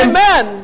Amen